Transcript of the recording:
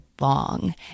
long